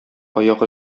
аяк